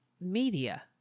media